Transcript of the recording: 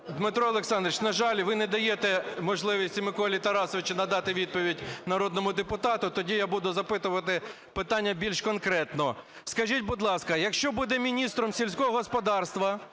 Дмитро Олександрович, на жаль, ви не даєте можливості Миколі Тарасовичу надати відповідь народному депутату. Тоді я буду запитувати питання більш конкретно. Скажіть, будь ласка, якщо буде міністром сільського господарства